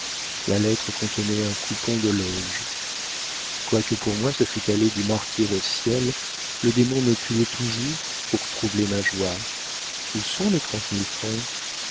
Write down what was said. la lettre contenait un coupon de loge quoique pour moi ce fût aller du martyre au ciel le démon me criait toujours pour troubler ma joie où sont les trente mille francs